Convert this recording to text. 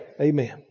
Amen